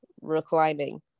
reclining